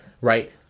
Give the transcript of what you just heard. Right